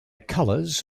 colours